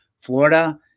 Florida